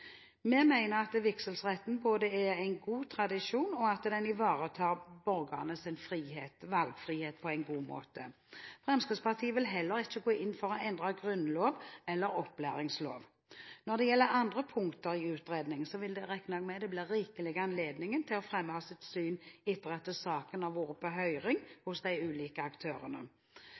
Vi mener at vigselsretten er både en god tradisjon og ivaretar borgernes valgfrihet på en god måte. Fremskrittspartiet vil heller ikke gå inn for å endre grunnlov eller opplæringslov. Når det gjelder andre punkter i utredningen, regner jeg med det vil bli rikelig anledning til å fremme sitt syn etter at saken har vært på høring hos de ulike aktørene.